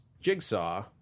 Jigsaw